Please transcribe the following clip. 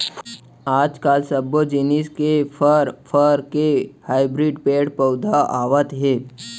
आजकाल सब्बो जिनिस के फर, फर के हाइब्रिड पेड़ पउधा आवत हे